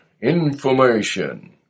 information